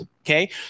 Okay